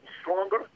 stronger